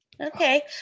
Okay